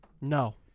No